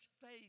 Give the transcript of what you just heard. faith